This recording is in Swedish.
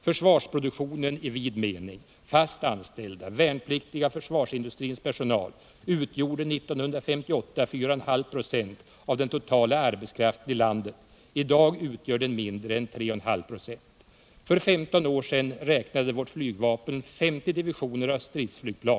Försvarsproduktionen i vid mening — fast anställda, värnpliktiga och försvarsindustrins personal — utgjorde 1958 4,5 96 av den totala arbetskraften i landet. I dag utgör den mindre än 3,5 96. För 15 år sedan räknade vårt flygvapen 50 divisioner stridsflygplan.